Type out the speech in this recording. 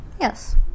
Yes